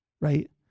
right